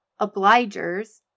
obligers